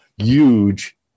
huge